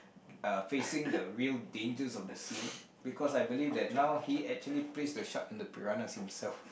uh facing the real dangers of the sea because I believe that now he actually place the shark and the piranhas himself